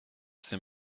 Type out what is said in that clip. sait